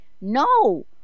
No